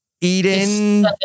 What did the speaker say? Eden